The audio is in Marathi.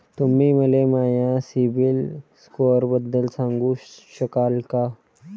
तुम्ही मले माया सीबील स्कोअरबद्दल सांगू शकाल का?